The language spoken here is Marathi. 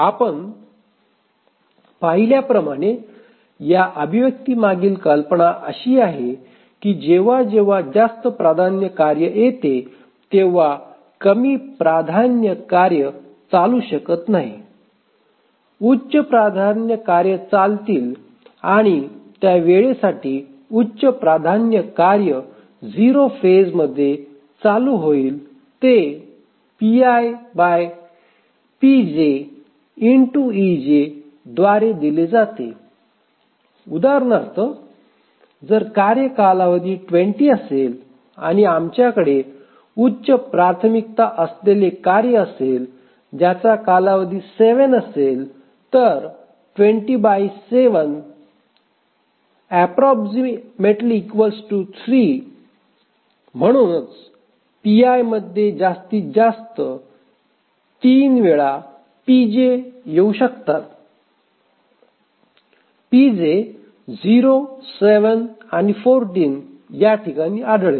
आपण पाहिल्याप्रमाणे या अभिव्यक्तीमागील कल्पना अशी आहे की जेव्हा जेव्हा जास्त प्राधान्य कार्य येते तेव्हा कमी प्राधान्य कार्ये चालू शकत नाहीत उच्च प्राधान्य कार्ये चालतील आणि त्या वेळेसाठी उच्च प्राधान्य कार्य 0 फेजमध्ये चालू होईल ते द्वारे दिले जाते उदाहरणार्थ जर कार्य कालावधी 20 असेल आणि आमच्याकडे उच्च प्राथमिकता असलेले कार्य असेल ज्याचा कालावधी 7 असेल तर म्हणूनच pi मध्ये जास्तीत जास्त 3 वेळा pj येऊ शकतात pj 0 7 आणि 14 या ठिकाणी आढळेल